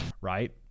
right